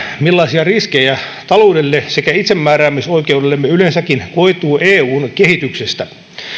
millaisia riskejä taloudelle sekä itsemääräämisoikeudellemme yleensäkin koituu eun kehityksestä